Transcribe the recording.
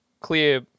clear